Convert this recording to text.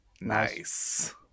Nice